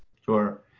Sure